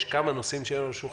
יש כמה נושאים שהיו לנו על השולחן.